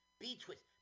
B-twist